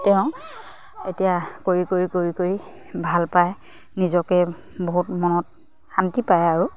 তেওঁ এতিয়া কৰি কৰি কৰি কৰি ভাল পায় নিজকে বহুত মনত শান্তি পায় আৰু